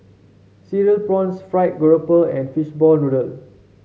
Cereal Prawns fried grouper and Fishball Noodle